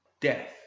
Death